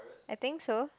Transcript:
I think so